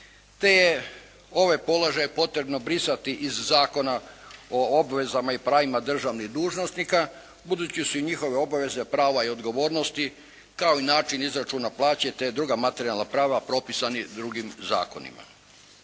te je ove položaje potrebno brisati iz Zakona o obvezama i pravima državnih dužnosnika, budući su i njihove obveze, prava i odgovornosti kao i način izračuna plaće, te druga materijalna prava propisani drugim zakonima.